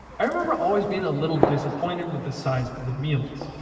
i remember always being a little disappointed with the size of the meals.